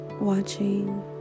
watching